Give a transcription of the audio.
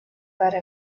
para